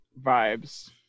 vibes